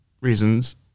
reasons